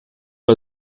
bei